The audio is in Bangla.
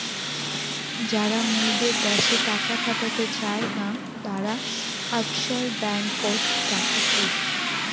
যারা মুইদের দ্যাশে টাকা খাটাতে চায় না, তারা অফশোর ব্যাঙ্ককোত টাকা থুই